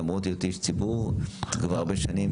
למרות היותי איש ציבור כבר הרבה שנים